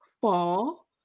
fall